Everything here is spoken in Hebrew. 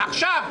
ועכשיו,